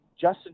Justin